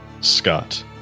Scott